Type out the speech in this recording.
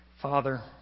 Father